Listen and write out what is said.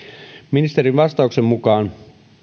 ministerin vastauksen mukaan